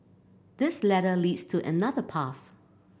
this ladder leads to another path